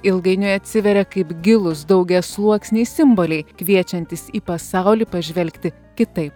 ilgainiui atsiveria kaip gilūs daugiasluoksniai simboliai kviečiantys į pasaulį pažvelgti kitaip